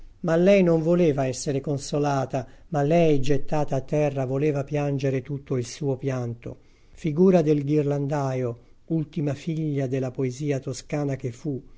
ma lei non voleva essere consolata ma lei gettata a terra voleva piangere tutto il suo pianto figura del ghirlandaio ultima figlia della poesia toscana che fu